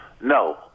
No